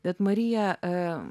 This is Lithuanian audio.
bet marija